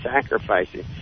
sacrificing